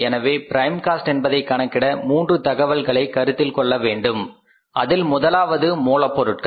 எனவே prime cost என்பதை கணக்கிட மூன்று தகவல்களை கருத்தில் கொள்ள வேண்டும் அதில் முதலாவது மூலப்பொருட்கள்